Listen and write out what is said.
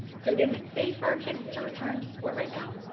so is it safe for kids to return to sport right now?